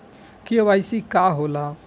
KYC का होला?